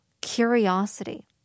curiosity